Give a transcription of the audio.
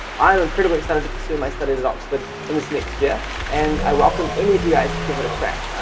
i am incredibly excited to pursue my studies at oxford in this next year, and i welcome any of you guys to give it a crack,